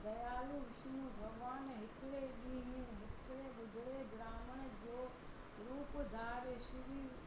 दयालू विष्नु भॻिवान हिकिड़े ॾींहुं हिकिड़े ॿुढड़े ब्राह्मण जो रूप धारे श्री